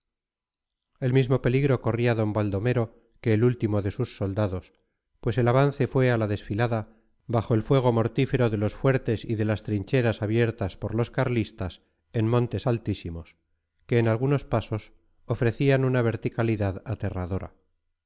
el mismo peligro corría d baldomero que el último de sus soldados pues el avance fue a la desfilada bajo el fuego mortífero de los fuertes y de las trincheras abiertas por los carlistas en montes altísimos que en algunos pasos ofrecían una verticalidad aterradora